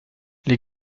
les